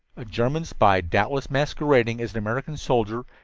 a german spy, doubtless masquerading as an american soldier,